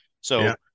So-